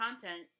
content